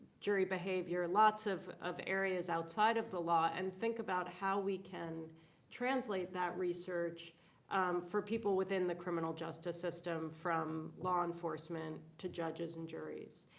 jury behavior lots of of areas outside of the law and think about how we can translate that research for people within the criminal justice system, from law enforcement to judges and juries.